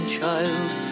child